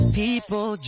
people